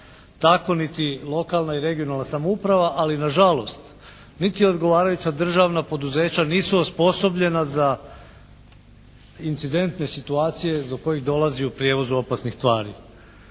tako niti lokalna i regionalna samouprave ali nažalost niti odgovarajuća državna poduzeća nisu osposobljena za incidentne situacije do kojih dolazi u prijevozu opasnih tvari.